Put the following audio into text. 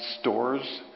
stores